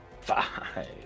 Five